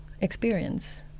experience